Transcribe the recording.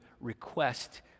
request